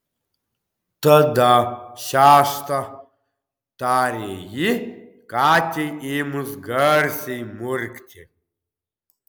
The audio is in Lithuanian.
tada šeštą tarė ji katei ėmus garsiai murkti